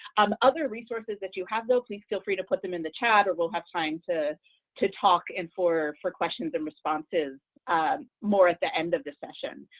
um other resources that you have, though, please feel free to put them in the chat, or we'll have time to to talk and for for questions and responses more at the end of the session.